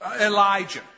Elijah